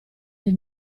del